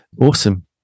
Awesome